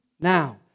now